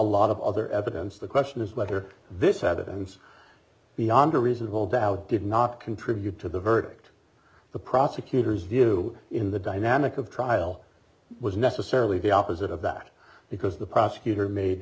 lot of other evidence the question is whether this evidence beyond a reasonable doubt did not contribute to the verdict the prosecutors do in the dynamic of trial was necessarily the opposite of that because the prosecutor made